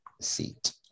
seat